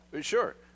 Sure